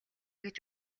гэж